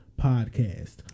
Podcast